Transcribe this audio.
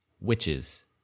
Witches